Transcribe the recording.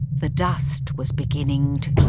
the dust was beginning to